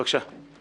בבקשה.